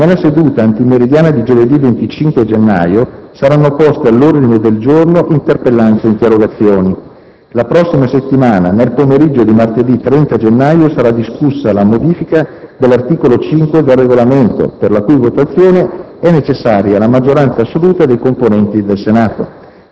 Nella seduta antimeridiana di giovedì 25 gennaio saranno poste all'ordine del giorno interpellanze e interrogazioni. La prossima settimana, nel pomeriggio di martedì 30 gennaio sarà discussa la modifica dell'articolo 5 del Regolamento, per la cui votazione è necessaria la maggioranza assoluta dei componenti del Senato.